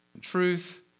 truth